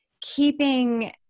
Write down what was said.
keeping